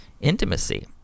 intimacy